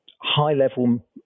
high-level